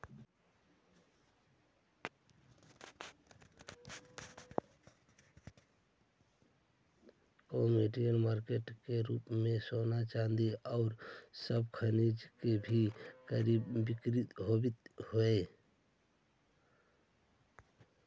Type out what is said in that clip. commodity market के रूप में सोना चांदी औउर सब खनिज के भी कर्रिड बिक्री होवऽ हई